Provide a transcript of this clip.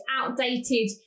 outdated